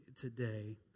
today